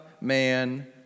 man